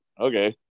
okay